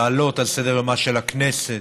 להעלות על סדר-יומה של הכנסת